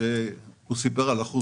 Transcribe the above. בהתחלה לעשות